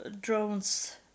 drones